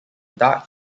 dark